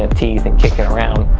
um teeth and kicking around.